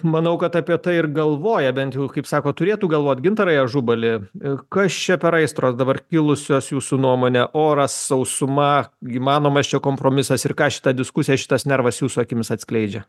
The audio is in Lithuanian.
manau kad apie tai ir galvoja bent jau kaip sakot turėtų galvot gintarai ažubali ir kas čia per aistros dabar kilusios jūsų nuomone oras sausuma įmanomas čia kompromisas ir ką šita diskusija šitas nervas jūsų akimis atskleidžia